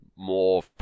more